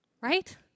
Right